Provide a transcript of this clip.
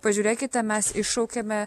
pažiūrėkite mes iššaukėme